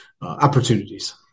opportunities